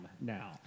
now